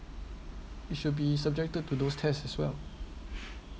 it should be subjected to those test as well